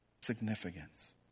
significance